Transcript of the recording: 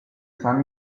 san